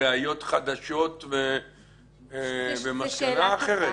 ראיות חדשות ומסקנה אחרת.